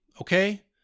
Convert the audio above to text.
okay